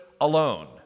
alone